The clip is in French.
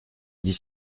dix